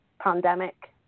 pandemic